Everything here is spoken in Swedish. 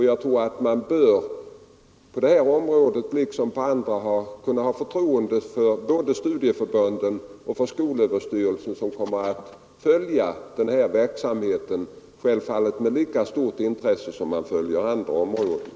Jag tror att man på detta område liksom på andra bör kunna ha förtroende både för studieförbunden och för skolöverstyrelsen, som självfallet kommer att följa denna verksamhet med lika stort intresse som när det gäller andra områden.